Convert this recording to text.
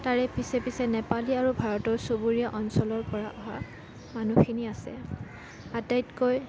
তাৰে পিছে পিছে নেপালী আৰু ভাৰতৰ চুবুৰীয়া অঞ্চলৰ পৰা অহা মানুহখিনি আছে আটাইতকৈ